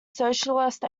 socialist